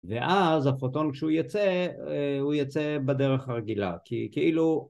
ואז, הפוטון כשהוא יצא, אה, הוא יצא, בדרך הרגילה. כי כאילו...